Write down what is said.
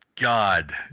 God